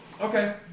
Okay